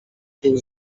był